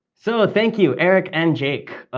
so, thank you, eric and jake,